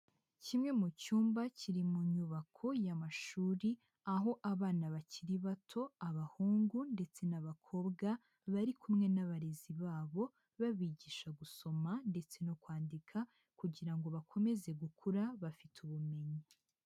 Kimwe mu cyumba kiri mu nyubako y'amashuri, aho abana bakiri bato, abahungu ndetse n'abakobwa bari kumwe n'abarezi babo babigisha gusoma ndetse no kwandika kugira ngo bakomeze gukura bafite ubumenyi.